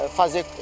fazer